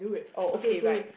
oh okay right